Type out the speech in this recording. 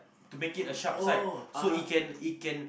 to make it a sharp side so it can it can